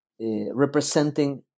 representing